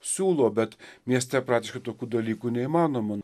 siūlo bet mieste praktiškai tokių dalykų neįmanoma